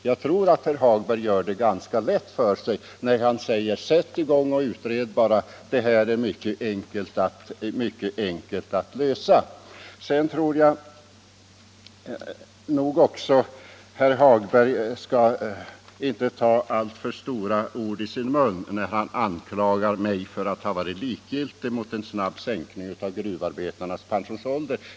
Jag tror att herr Hagberg gör det ganska lätt för sig när han säger: Sätt i gång och utred bara — det här är mycket enkelt att lösa! Herr Hagberg skall inte ta alltför stora ord i sin mun när han anklagar mig för att ha varit likgiltig till en snabb sänkning av gruvarbetarnas pensionsålder.